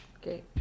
Okay